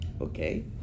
Okay